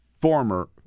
former